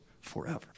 forever